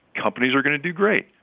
companies are going to do great.